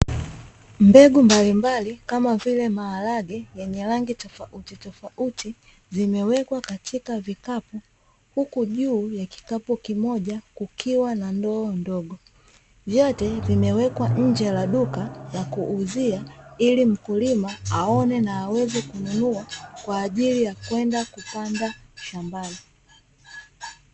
Mbegu mbalimbali kama vile maharage yenye rangi toautitofauti, zimewekwa kaitka vikapu, huku juu ya kikapu kimoja kukiwa na ndoo ndogo, vyote vimewekwa nje ya duka la kuuzia ili mkulima aone na aweze kununua kwa ajili ya kupanda shambani.